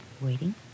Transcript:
waiting